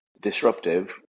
disruptive